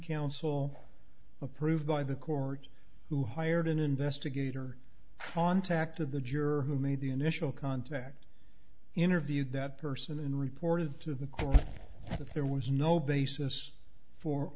council approved by the court who hired an investigator contacted the juror who made the initial contact interviewed that person and reported to the court that there was no basis for